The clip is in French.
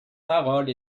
parole